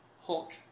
Hulk